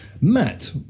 Matt